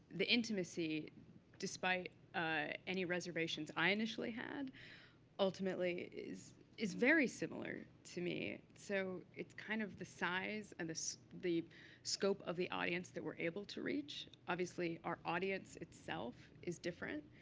the intimacy despite any reservations i initially had ultimately is is very similar to me. so it's kind of the size and the scope of the audience that we're able to reach. obviously our audience itself is different.